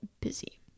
busy